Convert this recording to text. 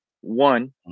one